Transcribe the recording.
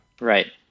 right